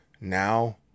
now